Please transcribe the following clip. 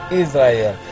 israel